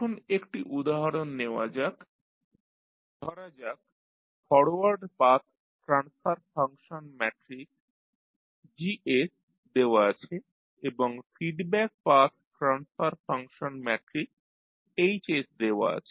এখন একটি উদাহরণ নেওয়া যাক ধরা যাক forward path transfer function matrix Gs দেওয়া আছে এবং feedback path transfer function matrix H দেওয়া আছে